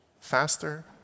Faster